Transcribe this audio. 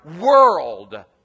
world